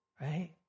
right